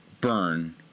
burn